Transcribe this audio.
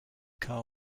car